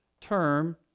term